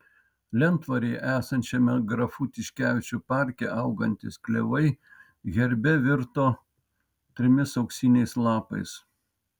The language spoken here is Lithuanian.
lentvaryje esančiame grafų tiškevičių parke augantys klevai herbe virto trimis auksiniais lapais